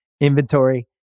inventory